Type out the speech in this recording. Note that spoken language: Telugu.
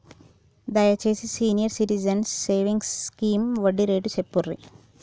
దయచేసి సీనియర్ సిటిజన్స్ సేవింగ్స్ స్కీమ్ వడ్డీ రేటు చెప్పుర్రి